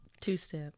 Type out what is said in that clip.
Two-step